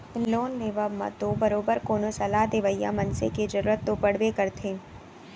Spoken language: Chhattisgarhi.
लोन लेवब म तो बरोबर कोनो सलाह देवइया मनसे के जरुरत तो पड़बे करथे